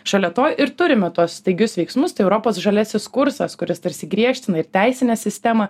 šalia to ir turime tuos staigius veiksmus tai europos žaliasis kursas kuris tarsi griežtina ir teisinę sistemą